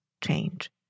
change